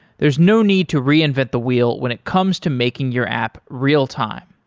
there's no need to reinvent the wheel when it comes to making your app real-time.